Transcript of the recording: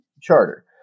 charter